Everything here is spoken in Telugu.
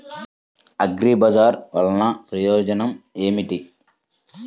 అగ్రిబజార్ వల్లన ప్రయోజనం ఏమిటీ?